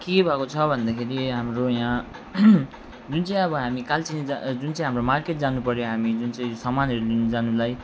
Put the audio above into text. के भएको छ भन्दाखेरि हाम्रो यहाँ जुन चाहिँ अब हामी कालचिनी जहाँ जुन चाहिँ हाम्रो मार्केट जानुपर्यो हामी जुन चाहिँ सामानहरू लिनु जानुलाई